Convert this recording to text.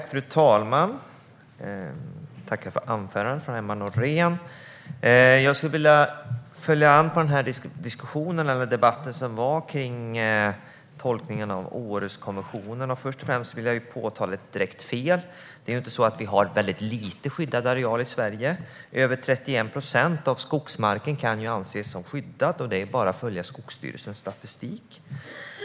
Fru talman! Jag tackar för anförandet från Emma Nohrén. Jag vill knyta an till debatten som var om tolkningen av Århuskonventionen. Först och främst vill jag påtala ett direkt fel. Det är inte så att vi har väldigt lite skyddad areal i Sverige. Över 31 procent av skogsmarken kan anses som skyddad. Det är bara att följa Skogsstyrelsens statistik.